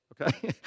okay